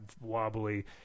wobbly